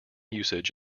usage